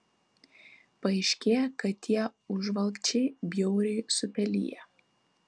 paaiškėja kad tie užvalkčiai bjauriai supeliję